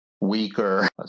weaker